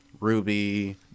ruby